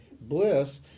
bliss